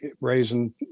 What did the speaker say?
raising